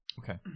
Okay